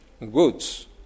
goods